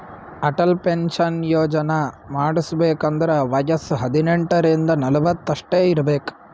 Atal pension Yojana ಮಾಡುಸ್ಬೇಕ್ ಅಂದುರ್ ವಯಸ್ಸ ಹದಿನೆಂಟ ರಿಂದ ನಲ್ವತ್ ಅಷ್ಟೇ ಇರ್ಬೇಕ್